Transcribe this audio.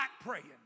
praying